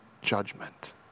judgment